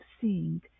seeing